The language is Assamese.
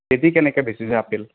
কেজি কেনেকে বেচিছে আপেল